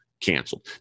canceled